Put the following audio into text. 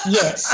Yes